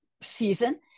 season